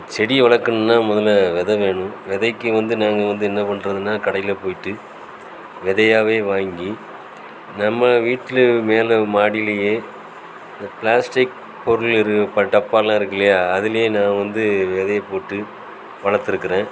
செடி வளர்க்கணும்னா முதல்ல வெதை வேணும் விதைக்கு வந்து நாங்கள் வந்து என்ன பண்ணுறதுன்னா கடையில் போய்ட்டு விதையாவே வாங்கி நம்ம வீட்டில் மேலே மாடிலேயே இந்த ப்ளாஸ்டிக் பொருள் டப்பாவெல்லாம் இருக்கும் இல்லையா அதுலேயே நான் வந்து விதையப்போட்டு வளர்த்துருக்குறேன்